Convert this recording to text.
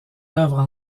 œuvres